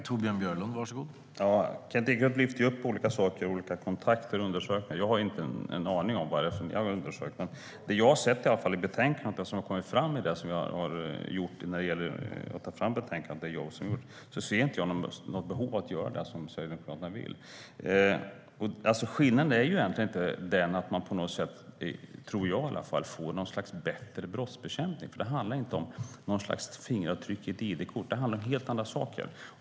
Herr talman! Kent Ekeroth lyfter upp olika saker, olika kontakter och undersökningar. Jag har inte en aning om vilka undersökningar det är. Utifrån det som jag har sett i betänkandet och som har kommit fram när vi har tagit fram betänkandet ser jag inte något behov av att göra som Sverigedemokraterna vill. Skillnaden är inte, tror jag i alla fall, att man på något sätt får bättre brottsbekämpning. Det handlar inte om fingeravtryck på ett id-kort. Det handlar om helt andra saker.